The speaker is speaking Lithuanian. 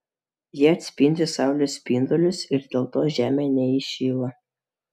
jie atspindi saulės spindulius ir dėl to žemė neįšyla